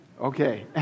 Okay